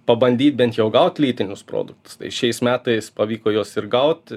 pabandyt bent jau gaut lytinius produktus tai šiais metais pavyko juos ir gaut